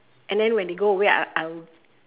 and then when they go away I I'll